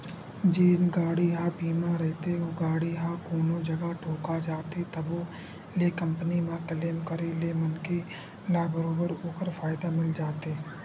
जेन गाड़ी ह बीमा रहिथे ओ गाड़ी ह कोनो जगा ठोका जाथे तभो ले कंपनी म क्लेम करे ले मनखे ल बरोबर ओखर फायदा मिल जाथे